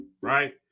right